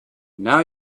now